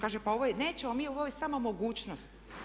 Kaže, pa ovo je, nećemo mi, ovo je samo mogućnost.